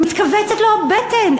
מתכווצת לו הבטן.